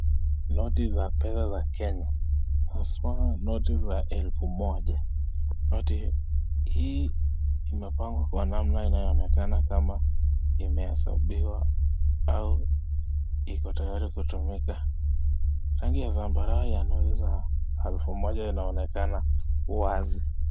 Noti za pesa za Kenya, haswa noti za elfu Moja, noti hii imepangwa kwa namna inayoonekana kama imehesabiwa au iko tayari kutumika, rangi ya zambarau ya noti za elfu moja inaokekana wazi